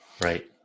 right